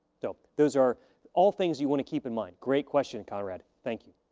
those are all things you want to keep in mind. great question, conrad. thank you.